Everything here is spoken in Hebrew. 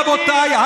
רבותיי,